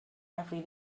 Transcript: every